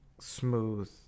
smooth